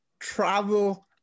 travel